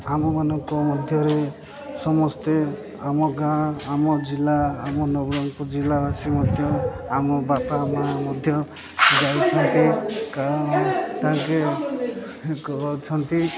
ଆମମାନଙ୍କ ମଧ୍ୟରେ ସମସ୍ତେ ଆମ ଗାଁ ଆମ ଜିଲ୍ଲା ଆମ ନବରଙ୍ଗପୁର ଜିଲ୍ଲା ଆସି ମଧ୍ୟ ଆମ ବାପା ମା ମଧ୍ୟ ଯାଇଛନ୍ତି କାରଣ ତାଙ୍କେ କରାଉଛନ୍ତି